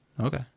Okay